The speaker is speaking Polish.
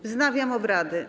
Wznawiam obrady.